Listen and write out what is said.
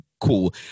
cool